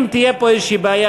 אם תהיה פה איזושהי בעיה,